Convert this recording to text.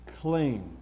claim